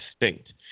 extinct